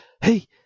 Hey